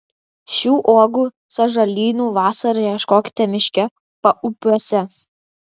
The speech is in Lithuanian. šių uogų sąžalynų vasarą ieškokite miške paupiuose